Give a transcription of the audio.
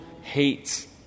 hates